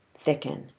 thicken